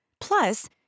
Plus